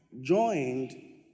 joined